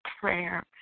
prayer